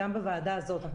גם בוועדה זאת,